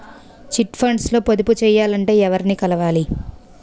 Chit funds లో పొదుపు చేయాలంటే ఎవరిని కలవాలి?